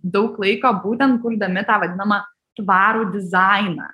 daug laiko būtent kurdami tą vadinamą tvarų dizainą